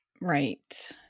Right